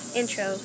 intro